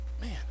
man